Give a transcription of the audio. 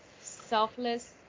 selfless